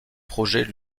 projets